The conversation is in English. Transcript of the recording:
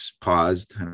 paused